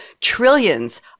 Trillions